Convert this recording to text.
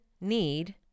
need